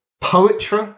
poetry